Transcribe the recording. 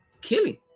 killing